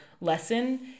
lesson